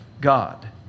God